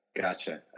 Gotcha